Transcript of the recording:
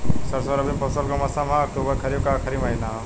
सरसो रबी मौसम क फसल हव अक्टूबर खरीफ क आखिर महीना हव